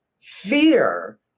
fear